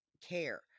care